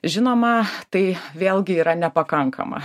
žinoma tai vėlgi yra nepakankama